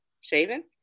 shaven